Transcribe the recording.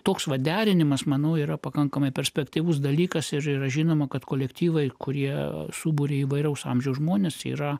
toks va derinimas manau yra pakankamai perspektyvus dalykas ir yra žinoma kad kolektyvai kurie suburia įvairaus amžiaus žmones yra